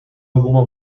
alguma